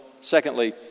Secondly